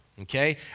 okay